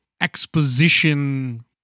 exposition